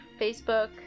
Facebook